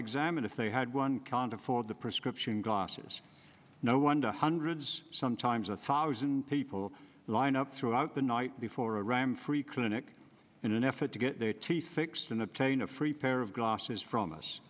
exam and if they had one can't afford the prescription glasses no wonder hundreds sometimes a thousand people lined up throughout the night before a ram free clinic in an effort to get their teeth fixed and obtain a free pair of glasses from us